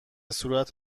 صورت